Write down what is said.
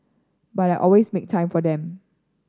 but I will always make time for them